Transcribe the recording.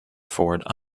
ford